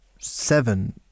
seven